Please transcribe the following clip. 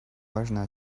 важный